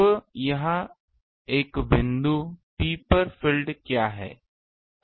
तो एक बिंदु P पर फील्ड क्या है